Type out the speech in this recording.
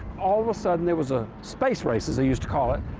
all of a sudden there was a space race, as they used to call it,